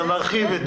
נרחיב את